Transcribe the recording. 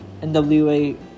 NWA